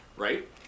Right